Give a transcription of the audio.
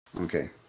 Okay